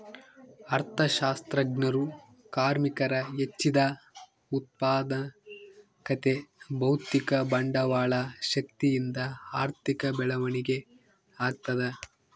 ಅರ್ಥಶಾಸ್ತ್ರಜ್ಞರು ಕಾರ್ಮಿಕರ ಹೆಚ್ಚಿದ ಉತ್ಪಾದಕತೆ ಭೌತಿಕ ಬಂಡವಾಳ ಶಕ್ತಿಯಿಂದ ಆರ್ಥಿಕ ಬೆಳವಣಿಗೆ ಆಗ್ತದ